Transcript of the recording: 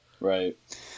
Right